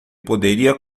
poderia